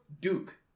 duke